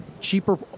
cheaper